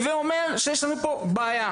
הווה אומר שיש לנו פה בעיה.